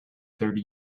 thirty